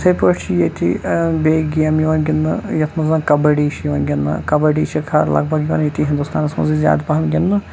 یِتھٕے پٲٹھۍ چھِ ییٚتہِ بیٚیہِ گیمہٕ یِوان گِنٛدنہٕ یَتھ منٛز زَن کَبڈی چھُ یِوان گِنٛدنہٕ کَبڈی چھِ خٲر لگ بگ ییٚتی ہِنٛدوستانَس منٛز یِوان زیادٕ پَہَم گِنٛدنہٕ